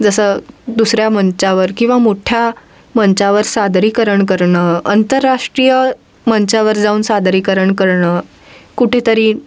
जसं दुसऱ्या मंचावर किंवा मोठ्या मंचावर सादरीकरण करणं आंतरराष्ट्रीय मंचावर जाऊन सादरीकरण करणं कुठेतरी